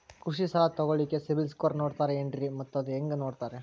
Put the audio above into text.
ಕೃಷಿ ಸಾಲ ತಗೋಳಿಕ್ಕೆ ಸಿಬಿಲ್ ಸ್ಕೋರ್ ನೋಡ್ತಾರೆ ಏನ್ರಿ ಮತ್ತ ಅದು ಹೆಂಗೆ ನೋಡ್ತಾರೇ?